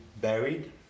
buried